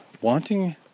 wanting